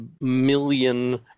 million